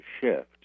shift